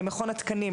למכון התקנים,